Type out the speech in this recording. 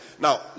Now